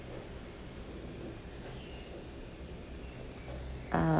uh